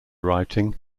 writing